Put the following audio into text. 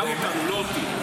גם אותנו, לא אותי: